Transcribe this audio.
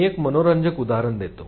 मी एक मनोरंजक उदाहरण देतो